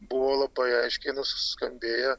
buvo labai aiškiai nuskambėję